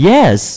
Yes